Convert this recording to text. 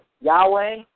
Yahweh